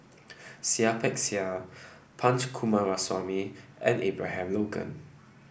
Seah Peck Seah Punch Coomaraswamy and Abraham Logan